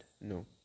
No